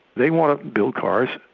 they want to build cars,